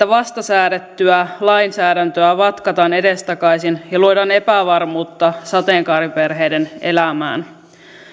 vasta säädettyä lainsäädäntöä vatkataan edestakaisin ja luodaan epävarmuutta sateenkaariperheiden elämään